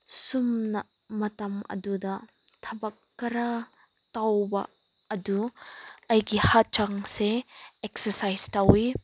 ꯁꯨꯝꯅ ꯃꯇꯝ ꯑꯗꯨꯗ ꯊꯕꯛ ꯈꯔ ꯇꯧꯕ ꯑꯗꯨ ꯑꯩꯒꯤ ꯍꯛꯆꯥꯡꯁꯦ ꯑꯦꯛꯁꯔꯁꯥꯏꯁ ꯇꯧꯏ